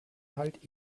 halt